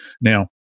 Now